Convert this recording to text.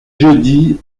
jeudi